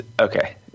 Okay